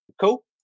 Cool